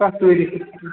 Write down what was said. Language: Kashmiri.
کَتھ تٲریٖخَس